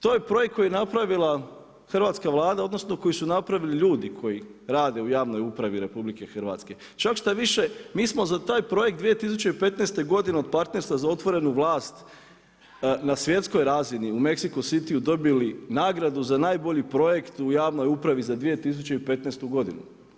To je projekt koji je napravila hrvatska Vlada odnosno koji su napravili ljudi koji rade u javnoj upravi RH, čak štoviše mi smo za taj projekt 2015. godine od partnerstva za otvorenu vlast na svjetskoj razini u Mexico Cityju dobili nagradu za najbolji projekt u javnoj upravi za 2015. godinu.